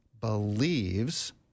believes